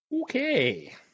Okay